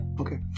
Okay